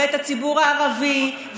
ואת הציבור הערבי,